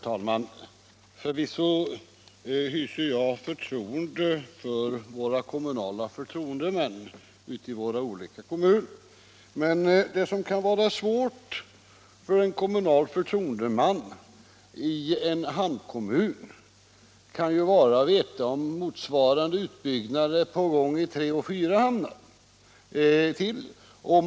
Herr talman! Förvisso hyser jag förtroende för de kommunala förtroendemännen i våra kommuner. Men det kan ju vara svårt för en kommunal förtroendeman i en hamnkommun att veta om motsvarande utbyggnad pågår i tre eller fyra andra hamnar.